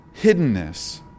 hiddenness